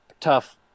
tough